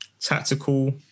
tactical